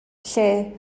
lle